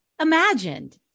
imagined